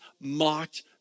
mocked